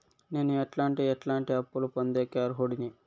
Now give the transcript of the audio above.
నేను ఎట్లాంటి ఎట్లాంటి అప్పులు పొందేకి అర్హుడిని?